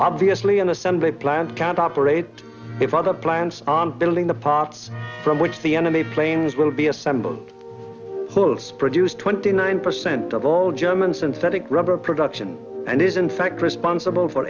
obviously an assembly plant can't operate if other plants on building the parts from which the enemy planes will be assembled produce twenty nine percent of all german synthetic rubber production and is in fact responsible for